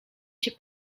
cię